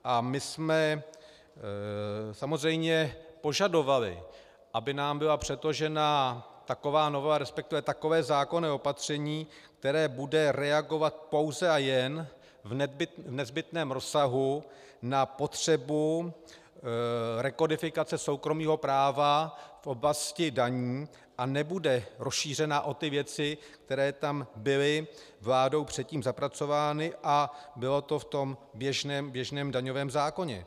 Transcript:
A my jsme samozřejmě požadovali, aby nám byla předložena taková novela, resp. takové zákonné opatření, které bude reagovat pouze a jen v nezbytném rozsahu na potřebu rekodifikace soukromého práva v oblasti daní a nebude rozšířena o ty věci, které tam byly vládou předtím zapracovány a bylo to v tom běžném daňovém zákoně.